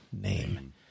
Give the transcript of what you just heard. name